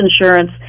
insurance